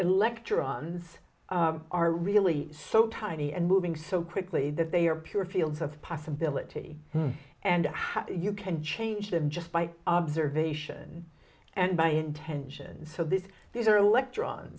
electrons are really so tiny and moving so quickly that they are pure fields of possibility and how you can change them just by observation and by intention so this these are electron